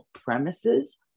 premises